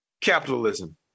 capitalism